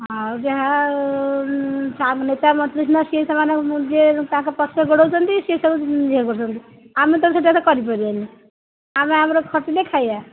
ଆଉ ଯାହା ନେତା ମନ୍ତ୍ରୀ ସିନା ସିଏ ସେମାନେ ଯିଏ ତାଙ୍କ ପଛରେ ଗୋଡ଼ଉଛନ୍ତି ସିଏ ସବୁ ଇଏ କରୁଛନ୍ତି ଆମେ ତ ସେଟା ତ କରିପାରିବାନି ଆମେ ଆମର ଖଟିଲେ ଖାଇବା